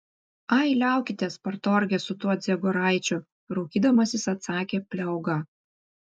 ai liaukitės partorge su tuo dziegoraičiu raukydamasis atsakė pliauga